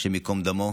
השם ייקום דמו,